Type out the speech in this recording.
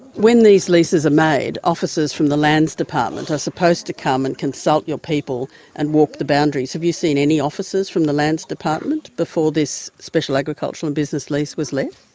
when these leases are made, officers from the lands department are supposed to come and consult your people and walk the boundaries. have you seen any officers from the lands department before this special agricultural and business lease was let?